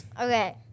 Okay